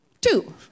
Two